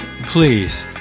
please